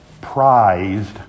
prized